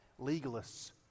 Legalists